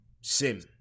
Sim